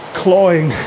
clawing